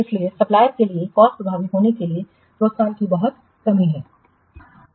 इसलिए सप्लायरसके लिए कॉस्टप्रभावी होने के लिए प्रोत्साहन की बहुत कमी है